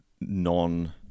non